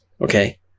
Okay